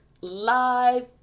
live